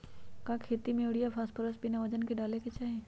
का खेती में यूरिया फास्फोरस बिना वजन के न डाले के चाहि?